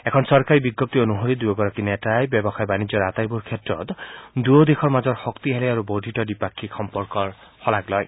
এখন চৰকাৰী বিজ্ঞপ্তি অনুসৰি দুয়োগৰাকী নেতাই ব্যৱসায় বাণিজ্যৰ আটাইবোৰ ক্ষেত্ৰত দুয়ো দেশৰ মাজৰ শক্তিশালী আৰু বৰ্ধিত দ্বিপাক্ষিক সম্পৰ্কৰ শূলাগ লয়